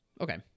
Okay